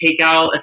takeout